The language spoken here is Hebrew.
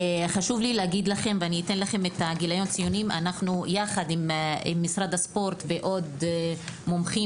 חשוב לי להגיד לכם שיחד עם משרד הספורט ועוד מומחים